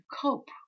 cope